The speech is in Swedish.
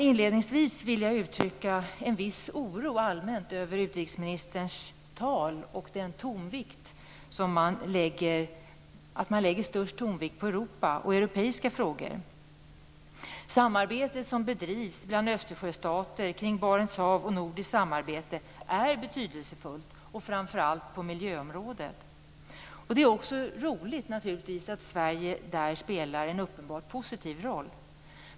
Inledningsvis vill jag dock uttrycka en viss allmän oro över utrikesministerns tal och att störst tonvikt där läggs på Europa och europeiska frågor. Det samarbete som bedrivs mellan Östersjöstater och kring Barents hav samt det nordiska samarbetet är betydelsefullt, framför allt på miljöområdet. Det är naturligtvis också roligt att Sverige där spelar en uppenbart positiv roll.